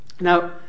Now